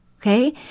Okay